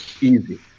easy